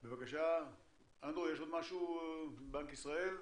בבקשה, אנדרו, יש עוד משהו מבנק ישראל?